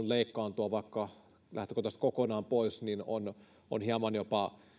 leikkaantua vaikka lähtökohtaisesti kokonaan pois on on jopa